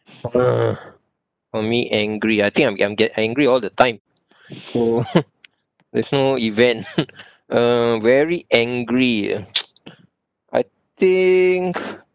ugh for me angry I think I'm I get angry all the time so there's no event uh very angry ah I think